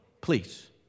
please